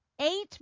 Eight